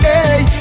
Hey